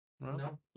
no